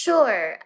Sure